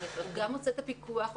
הוא גם עושה את הפיקוח,